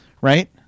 right